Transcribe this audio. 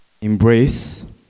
embrace